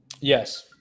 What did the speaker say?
Yes